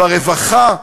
ברווחה.